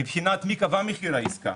מבחינת מי קבע את מחיר העסקה.